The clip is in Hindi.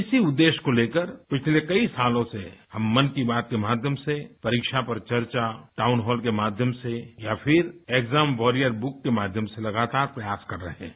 इसी उद्देश्य को लेकर पिछले कई सालों से हम मन की बात के माध्यम से परीक्षा पर चर्चा टाउनहॉल के माध्यम से या फिर एग्जाम वॉरियर बुक के माध्यम से लगातार प्रयास कर रहे हैं